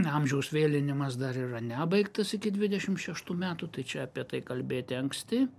amžiaus vėlinimas dar yra nebaigtas iki dvidešim šeštų metų tai čia apie tai kalbėti anksti